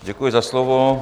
Děkuji za slovo.